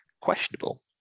questionable